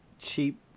cheap